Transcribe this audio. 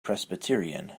presbyterian